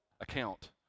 account